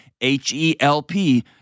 H-E-L-P